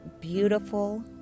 beautiful